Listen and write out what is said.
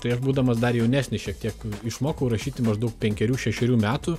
tai aš būdamas dar jaunesnis šiek tiek išmokau rašyti maždaug penkerių šešerių metų